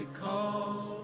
call